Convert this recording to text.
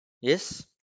Yes